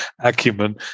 acumen